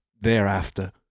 thereafter